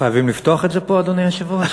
חייבים לפתוח את זה פה, אדוני היושב-ראש?